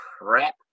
crap